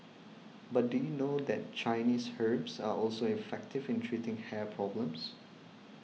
but do you know that Chinese herbs are also effective in treating hair problems